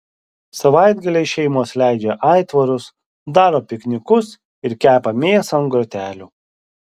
savaitgaliais šeimos leidžia aitvarus daro piknikus ir kepa mėsą ant grotelių